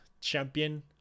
champion